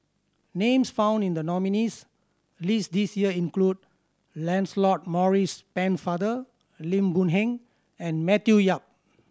names found in the nominees' list this year include Lancelot Maurice Pennefather Lim Boon Heng and Matthew Yap